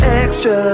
extra